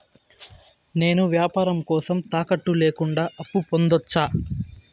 నేను వ్యాపారం కోసం తాకట్టు లేకుండా అప్పు పొందొచ్చా?